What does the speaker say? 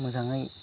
मोजाङै